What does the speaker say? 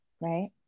right